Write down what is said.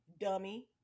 dummy